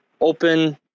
open